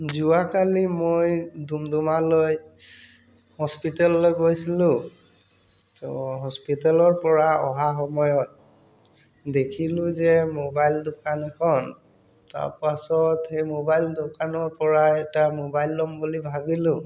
যোৱাকালি মই ডুমডুমালৈ হস্পিটেললৈ গৈছিলোঁ তো হস্পিটেলৰপৰা অহা সময়ত দেখিলোঁ যে মোবাইল দোকানখন তাৰপাছত সেই মোবাইল দোকানৰপৰা এটা মোবাইল ল'ম বুলি ভাবিলোঁ